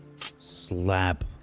slap